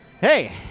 hey